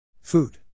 Food